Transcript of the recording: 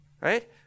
Right